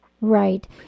Right